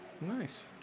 Nice